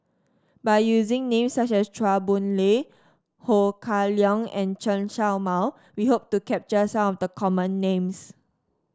by using names such as Chua Boon Lay Ho Kah Leong and Chen Show Mao we hope to capture some of the common names